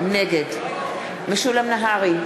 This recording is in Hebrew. נגד משולם נהרי,